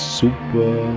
super